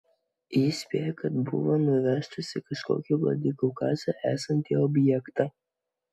jis spėja kad buvo nuvežtas į kažkokį vladikaukaze esantį objektą